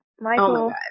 Michael